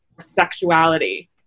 sexuality